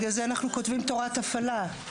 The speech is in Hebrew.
לכן אנחנו כותבים תורת הפעלה.